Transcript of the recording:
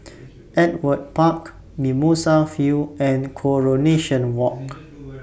Ewart Park Mimosa View and Coronation Walk